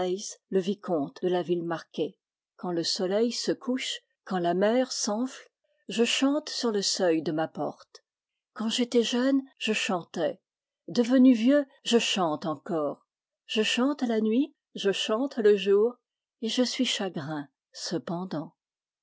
le vicomte de la villemarqué quand le soleil se couche quand la mer s'enfle je chante sur le seuil de ma porte quand j'étais jeune je chantais devenu vieux je chante encore je chante la nuit je chante le jour et je suis chagrin cependant